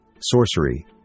sorcery